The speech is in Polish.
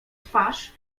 twarz